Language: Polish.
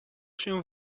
się